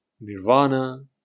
nirvana